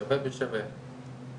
שווה בשווה,